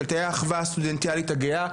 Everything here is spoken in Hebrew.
תאי האחווה הסטודנטיאלית הגאה,